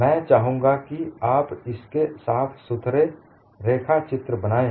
मैं चाहूंगा कि आप इसके साफ सुथरे रेखाचित्र बनाएं